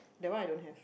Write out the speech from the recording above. that one I don't have